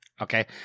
Okay